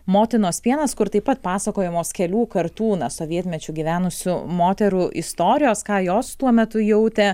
motinos pienas kur taip pat pasakojamos kelių kartų na sovietmečiu gyvenusių moterų istorijos ką jos tuo metu jautė